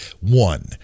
One